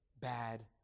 bad